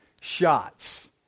shots